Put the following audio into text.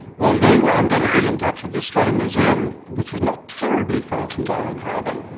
well lu, i'm going to be in touch with the australian museum, which is not terribly far from darling harbour,